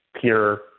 pure